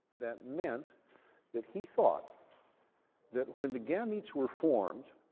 that meant that he thought that when the gametes were formed,